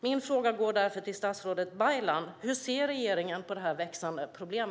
Min fråga går till statsrådet Baylan: Hur ser regeringen på detta växande problem?